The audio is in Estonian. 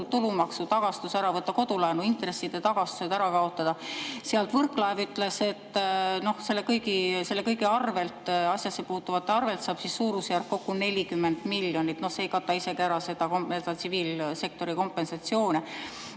tulumaksutagastus ära võtta, kodulaenuintresside tagastused ära kaotada. Võrklaev ütles, et selle kõige arvel, asjasse puutuvate arvel saab suurusjärk kokku 40 miljonit. No see ei kata isegi ära neid tsiviilsektori kompensatsioone.